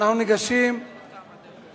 אנחנו ניגשים להצבעה.